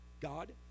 God